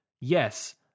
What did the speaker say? Yes